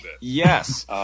Yes